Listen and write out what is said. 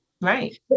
Right